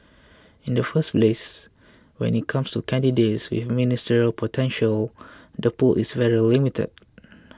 in the first place when it comes to candidates with ministerial potential the pool is very limited